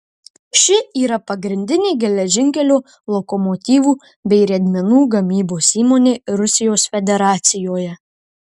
ši yra pagrindinė geležinkelio lokomotyvų bei riedmenų gamybos įmonė rusijos federacijoje